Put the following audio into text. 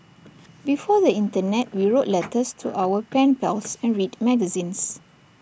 before the Internet we wrote letters to our pen pals and read magazines